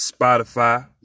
Spotify